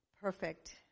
perfect